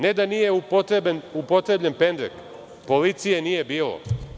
Ne da nije upotrebljen pendrek, policije nije bilo.